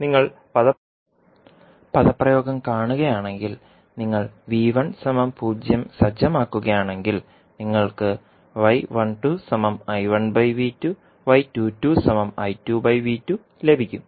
അതിനാൽ നിങ്ങൾ പദപ്രയോഗം കാണുകയാണെങ്കിൽ നിങ്ങൾ 0 സജ്ജമാക്കുകയാണെങ്കിൽ നിങ്ങൾക്ക് ലഭിക്കും